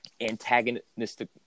antagonistic